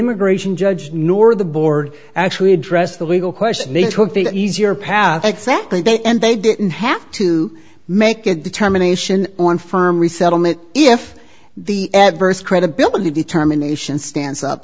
immigration judge nor the board actually addressed the legal question and they took the easier path exactly they and they didn't have to make a determination on firm resettlement if the adverse credibility determination stands up